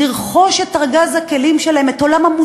לרכוש את ארגז הכלים שלהם,